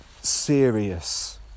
Serious